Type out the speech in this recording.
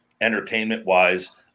entertainment-wise